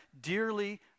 dearly